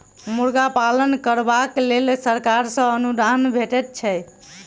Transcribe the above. मुर्गा पालन करबाक लेल सरकार सॅ अनुदान भेटैत छै